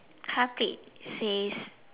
car plate says